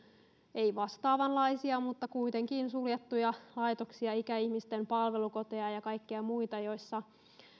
ei vastaavanlaisia mutta kuitenkin suljettuja laitoksia ikäihmisten palvelukoteja ja ja kaikkia muita joissa